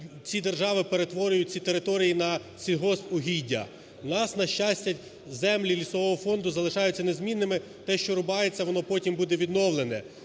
ці держави перетворюють ці території на сільгоспугіддя. У нас, на щастя, землі лісового фонду залишаються незмінними: те, що рубається, воно потім буде відновлене;